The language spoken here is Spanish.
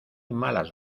malas